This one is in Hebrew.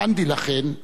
גנדי, לכן,